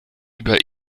über